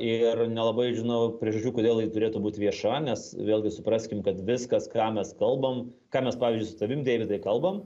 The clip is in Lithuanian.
ir nelabai žinau priežasčių kodėl ji turėtų būt vieša nes vėlgi supraskim kad viskas ką mes kalbam ką mes pavyzdžiui su tavim deividai kalbam